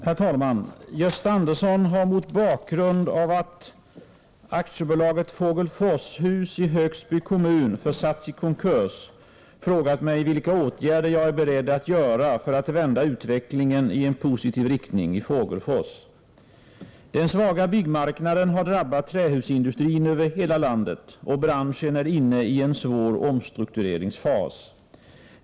Herr talman! Gösta Andersson har mot bakgrund av att AB Fogelfors-Hus i Högsby kommun försatts i konkurs frågat mig vilka åtgärder jag är beredd att göra för att vända utvecklingen i en positiv riktning i Fågelfors. Den svaga byggmarknaden har drabbat trähusindustrin över hela landet, och branschen är inne i en svår omstruktureringsfas.